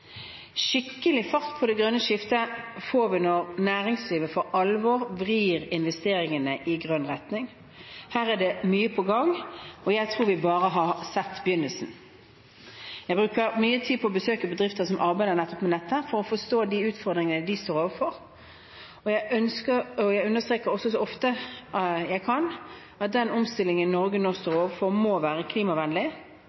Skikkelig fart på det grønne skiftet får vi når næringslivet for alvor vrir investeringene i grønn retning. Her er det mye på gang, og jeg tror vi bare har sett begynnelsen. Jeg bruker mye tid på å besøke bedrifter som arbeider nettopp med dette, for å forstå de utfordringene de står overfor. Jeg understreker også så ofte jeg kan, at den omstillingen Norge nå står overfor, må være klimavennlig,